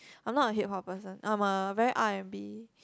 I'm not a Hip-Hop person I'm a very R and B